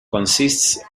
consists